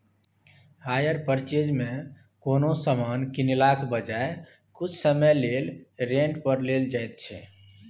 hire purchase मे कोनो समान कीनलाक बजाय किछ समय लेल रेंट पर लेल जाएत छै